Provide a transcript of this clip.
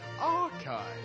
Archive